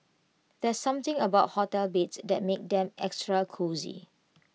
there's something about hotel beds that makes them extra cosy